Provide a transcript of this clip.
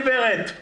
גברת,